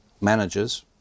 managers